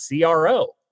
CRO